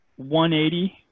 180